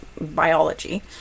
biology